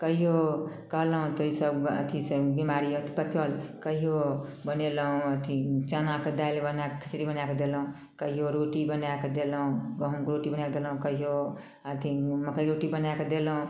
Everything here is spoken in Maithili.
कहियो कहलहुँ तऽ ईसब अथी सब बीमारी अइ तऽ पचल कहियो बनेलहुँ अथी चनाके दालि बनाए कऽ खिचड़ी बनाए कऽ देलहुँ कहियो रोटी बनाए कऽ देलहुँ गहूँमके रोटी बनाए कऽ देलहुँ कहियो अथी मकैके रोटी बनाए कऽ देलहुँ